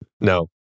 No